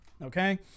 Okay